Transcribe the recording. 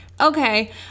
okay